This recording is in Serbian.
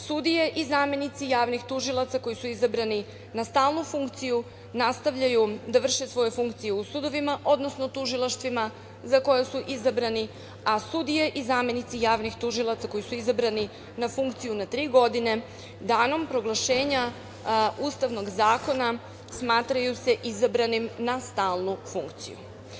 Sudije i zamenici javnih tužilaca koji su izabrani na stalnu funkciju, nastavljaju da vrše svoje funkcije u sudovima, odnosno tužilaštvima za koje su izabrani, a sudije i zamenici javnih tužilaca koji su izabrani na funkciju na tri godine, danom proglašenja Ustavnog zakona, smatraju se izabranim na stalnu funkciju.